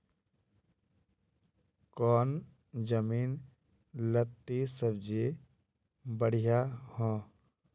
कौन जमीन लत्ती सब्जी बढ़िया हों?